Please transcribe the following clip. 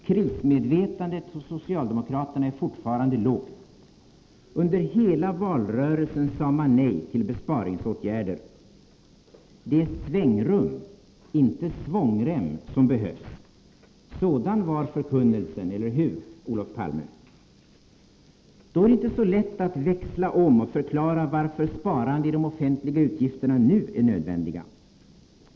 Krismedvetandet hos socialdemokraterna är fortfarande lågt. Under hela valrörelsen sade man nej till besparingsåtgärder. ”Det är svängrum, inte svångrem, som behövs.” Sådan var förkunnelsen, eller hur, Olof Palme? Då är det inte så lätt att växla om och förklara varför sparande i de offentliga utgifterna nu är nödvändigt.